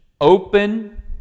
open